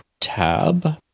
tab